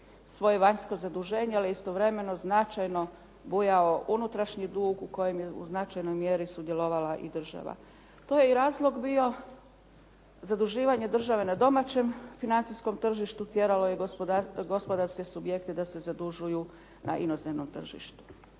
svoje vanjsko zaduženje, ali je istovremeno značajno bujao unutrašnji dug u kojem je u značajnoj mjeri sudjelovala i država. To je i razlog bio zaduživanje države na domaćem financijskom tržištu, tjeralo je gospodarske subjekte da se zadužuju na inozemnom tržištu.